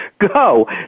go